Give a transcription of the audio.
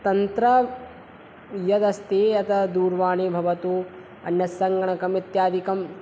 तन्त्रं यदस्ति अतः दूरवाणी भवतु अन्य सङ्गणकम् इत्यादिकं